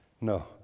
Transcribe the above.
No